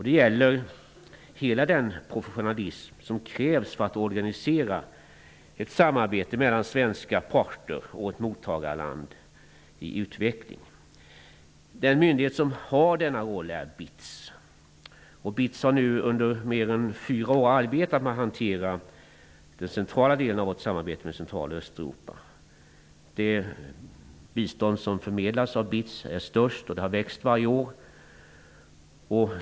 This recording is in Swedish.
Det gäller hela den proffesionalism som krävs för att organisera ett samarbete mellan svenska parter och ett mottagarland i utveckling. Den myndighet som har denna roll är BITS. BITS har nu under mer än fyra år arbetat med att hantera den centrala delen av vårt samarbete med Centraloch Östeuropa. Det bistånd som förmedlas av BITS är störst, och det har växt varje år.